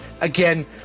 again